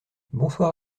bonsoir